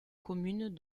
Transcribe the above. communes